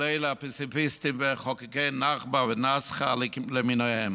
כל אלה הפציפיסטים ומחוקקי נכבה ונכסה למיניהם?